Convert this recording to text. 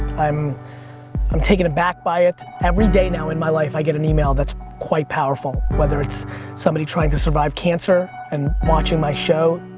i'm i'm taken aback by it. every day now, in my life, i get an email that's quite powerful, whether it's somebody trying to survive cancer and watching my show,